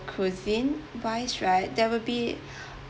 cuisine wise right there will be